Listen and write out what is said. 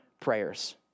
prayers